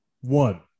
One